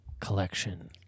collection